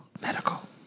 Medical